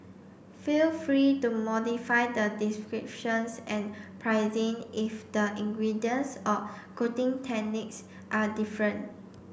feel free to modify the descriptions and pricing if the ingredients or cooking techniques are different